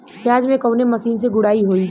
प्याज में कवने मशीन से गुड़ाई होई?